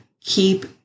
keep